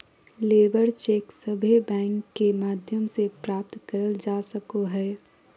labour cheque सभे bank के माध्यम से प्राप्त करल जा सको हय